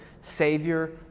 Savior